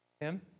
Tim